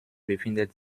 befindet